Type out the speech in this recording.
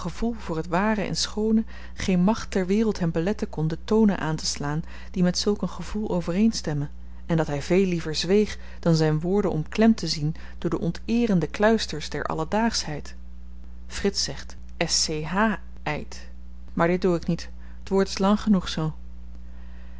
voor het ware en schoone geen macht ter wereld hem beletten kon de tonen aanteslaan die met zulk een gevoel overeenstemmen en dat hy veel liever zweeg dan zyn woorden omklemd te zien door de onteerende kluisters der alledaagsheid frits zegt scheid maar dit doe ik niet t woord is lang genoeg zoo